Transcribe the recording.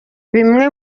bimwe